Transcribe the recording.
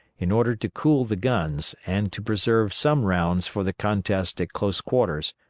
in order to cool the guns, and to preserve some rounds for the contest at close quarters,